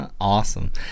Awesome